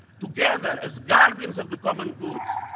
together, as guardians of the common good,